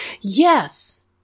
Yes